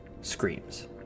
screams